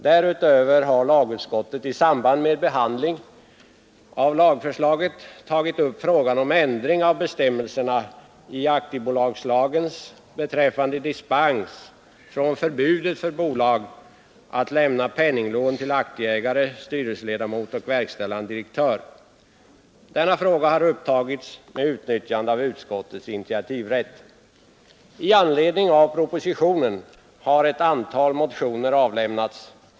Därutöver har lagutskottet i samband med behandlingen av lagförslaget tagit upp frågan om ändring av bestämmelserna i aktiebolagslagen beträffande dispens från förbudet för aktiebolag att lämna penninglån till aktieägare, styrelseledamot och verkställande direktör. Denna senare fråga har upptagits med utnyttjande av utskotts initiativrätt. I anledning av propositionen har ett antal motioner avlämnats.